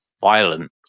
violent